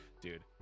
dude